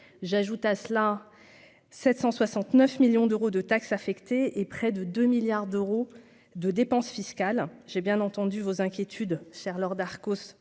j'ajoute à cela 769 millions d'euros de taxes affectées et près de 2 milliards d'euros de dépenses fiscales, j'ai bien entendu vos inquiétudes chère Laure Darcos